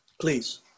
Please